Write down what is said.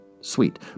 Sweet